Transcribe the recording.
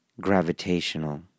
gravitational